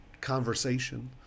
conversation